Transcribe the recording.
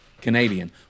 Canadian